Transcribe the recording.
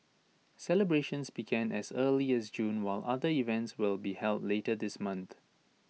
celebrations began as early as June while other events will be held later this month